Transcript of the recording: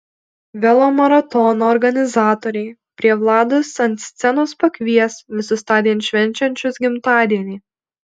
velomaratono organizatoriai prie vlados ant scenos pakvies visus tądien švenčiančius gimtadienį